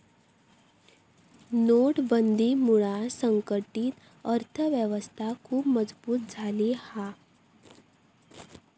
नोटबंदीमुळा संघटीत अर्थ व्यवस्था खुप मजबुत झाली हा